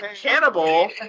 Cannibal